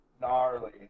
Gnarly